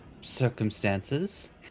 circumstances